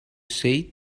say